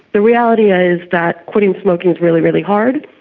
the reality ah is that quitting smoking is really, really hard,